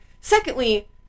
Secondly